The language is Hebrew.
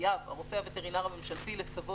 : "9.מנהל השירותים הווטרינריים רשאי